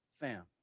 Fam